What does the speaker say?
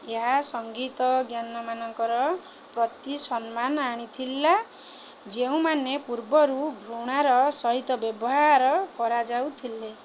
ଏହା ସଂଗୀତଜ୍ଞନମାନଙ୍କର ପ୍ରତି ସମ୍ମାନ ଆଣିଥିଲା ଯେଉଁମାନେ ପୂର୍ବରୁ ଘୃଣାର ସହିତ ବ୍ୟବହାର କରାଯାଉ ଥିଲେ